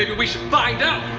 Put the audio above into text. and we should find out.